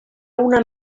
una